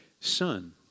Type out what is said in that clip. son